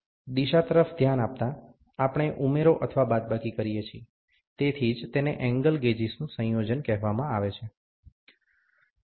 દિશા તરફ ધ્યાન આપતા આપણે ઉમેરો અથવા બાદબાકી કરીએ છીએ તેથી જ તેને એંગલ ગેજીસનું સંયોજન કહેવામાં આવે છે